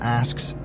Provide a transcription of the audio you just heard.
asks